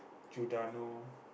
Giordano